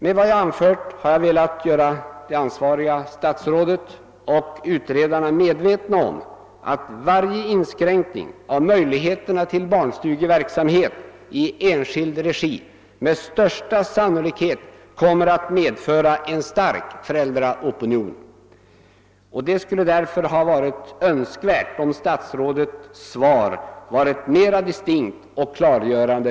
Med det anförda har jag velat göra det ansvariga statsrådet och utredarna medvetna om att varje inskränkning av möjligheterna till barnstugeverksamhet i enskild regi med största sannolikhet kommer att medföra en stark föräldrareaktion. Det hade därför varit önskvärt att statsrådets svar på denna punkt hade varit mera distinkt och klargörande.